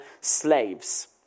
slaves